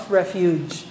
refuge